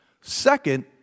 Second